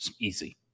Easy